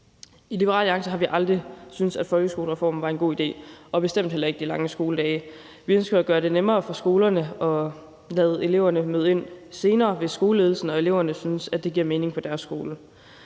I Liberal Alliance har vi aldrig syntes, at folkeskolereformen var en god idé, og vi synes bestemt heller ikke, at de lange skoledage er en god idé. Vi ønsker at gøre det nemmere for skolerne at lade eleverne møde ind senere, hvis skoleledelsen og eleverne synes, at det giver mening på deres skole.